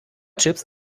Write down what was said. chips